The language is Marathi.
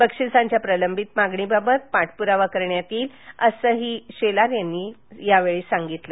बक्षिसांच्या प्रलंबित मागणीबाबत पाठपुरावा करण्यात येईल असंही शेलार यांनी यावेळी नमुद केलं